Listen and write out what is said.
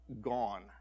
gone